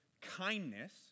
kindness